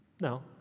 No